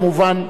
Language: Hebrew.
כמובן,